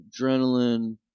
adrenaline